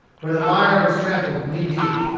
where the mire was trampled knee-deep.